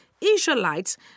Israelites